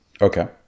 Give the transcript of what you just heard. Okay